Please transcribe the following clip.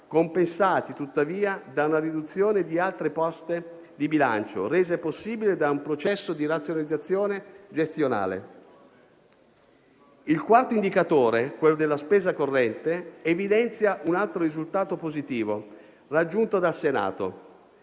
compensati tuttavia da una riduzione di altre poste di bilancio, resa possibile da un processo di razionalizzazione gestionale. Il quarto indicatore, quello della spesa corrente, evidenzia un altro risultato positivo raggiunto dal Senato: